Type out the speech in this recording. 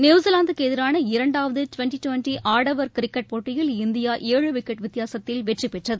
நியூசிவாந்துக்கு எதிரான இரண்டாவது twenty twenty ஆடவர் கிரிக்கெட் போட்டியில் இந்தியா ஏழு விக்கெட் வித்தியாசத்தில் வெற்றி பெற்றது